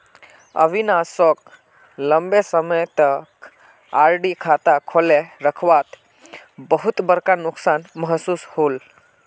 अविनाश सोक लंबे समय तक आर.डी खाता खोले रखवात बहुत बड़का नुकसान महसूस होल